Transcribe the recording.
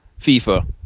FIFA